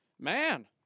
Man